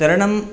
तरणं